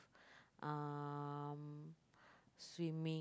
um swimming